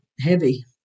heavy